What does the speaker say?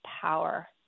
power